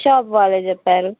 shop వాళ్ళే చెప్పారు